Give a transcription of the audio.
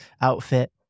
outfit